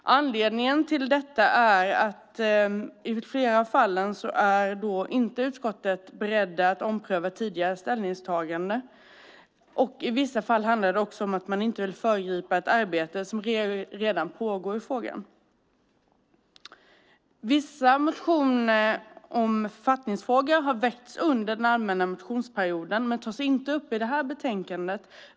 Anledningen till detta är att i flera av fallen är utskottet inte berett att ompröva tidigare ställningstaganden. I vissa fall handlar det också om att man inte vill föregripa ett arbete som redan pågår i frågan. Vissa motioner om författningsfrågor har väckts under den allmänna motionstiden, men tas inte upp i betänkandet.